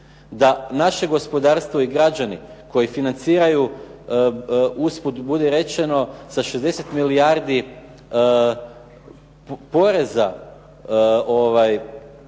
da naše gospodarstvo i građani koji financiraju, usput budi rečeno, sa 60 milijardi poreza,